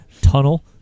Tunnel